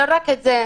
לא רק זה.